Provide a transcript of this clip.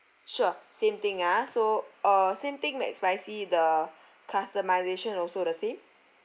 sure same thing ah so uh same thing mcspicy the customisation also the same